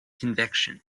conviction